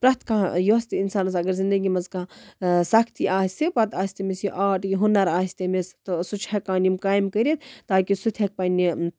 پرٮ۪تھ کانٛہہ یۄس تہِ اِنسانَس اگر زِندگی منٛز کانٛہہ سَختی آسہِ پَتہٕ آسہِ تٔمِس یہِ آرٹ یہِ ہُنر آسہِ تٔمِس تہٕ سُہ چھُ ہیٚکان یِم کامہِ کٔرِتھ تاکہِ سُہ تہِ ہیٚکہِ پَنٕنہِ